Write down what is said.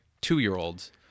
two-year-olds